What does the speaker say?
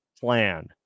plan